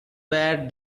bad